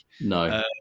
No